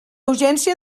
urgència